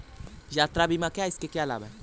यात्रा बीमा क्या है इसके क्या लाभ हैं?